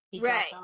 Right